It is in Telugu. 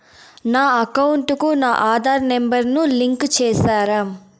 నా అకౌంట్ కు నా ఆధార్ నెంబర్ ను లింకు చేసారా